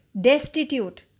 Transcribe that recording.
destitute